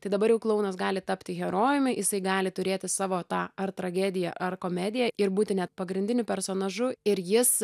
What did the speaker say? tai dabar jau klounas gali tapti herojumi jisai gali turėti savo tą ar tragediją ar komediją ir būti net pagrindiniu personažu ir jis